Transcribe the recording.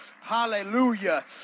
Hallelujah